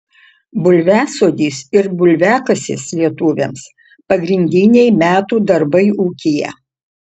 bulviasodis ir bulviakasis lietuviams pagrindiniai metų darbai ūkyje